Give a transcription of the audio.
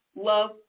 love